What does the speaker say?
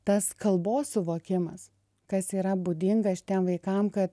tas kalbos suvokimas kas yra būdinga šitiem vaikam kad